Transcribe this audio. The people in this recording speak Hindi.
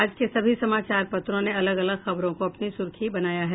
आज के सभी समाचार पत्रों ने अलग अलग खबरों को अपनी प्रमुख सुर्खी बनाया है